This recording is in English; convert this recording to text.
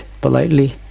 politely